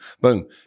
boom